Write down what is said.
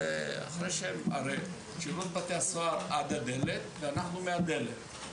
הרי שירות בתי הסוהר עד הדלת, ואנחנו מהדלת.